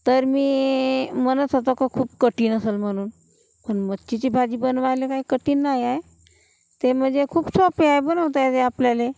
तर मी म्हणत होतो का खूप कठीण असन म्हणून पण मच्छीची भाजी बनवायला काही कठीण नाही आहे ते म्हणजे खूप सोपी आहे बनवता येते आपल्याला